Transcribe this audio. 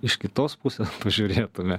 iš kitos pusės pažiūrėtume